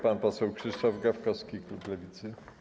Pan poseł Krzysztof Gawkowski, klub Lewicy.